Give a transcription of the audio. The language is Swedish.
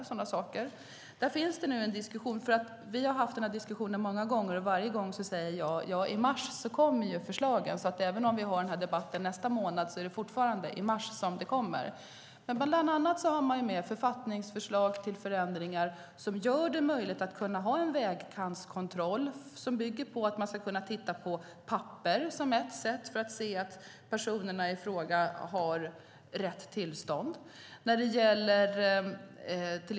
Vi har haft denna diskussion många gånger, och varje gång säger jag att förslaget kommer i mars. Även om vi har denna debatt även nästa månad kommer förslaget fortfarande i mars. Bland annat har man med författningsförslag till förändringar som gör det möjligt att ha en vägkantskontroll. Man ska kunna titta på papper som ett sätt att se att personerna i fråga har rätt tillstånd.